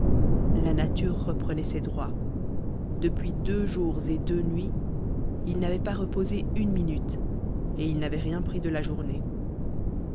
la nature reprenait ses droits depuis deux jours et deux nuits il n'avait pas reposé une minute et il n'avait rien pris de la journée